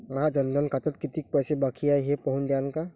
माया जनधन खात्यात कितीक पैसे बाकी हाय हे पाहून द्यान का?